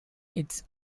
its